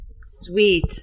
Sweet